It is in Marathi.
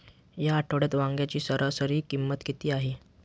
या आठवड्यात वांग्याची सरासरी किंमत किती आहे?